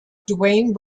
dwayne